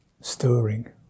stirring